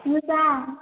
मोजां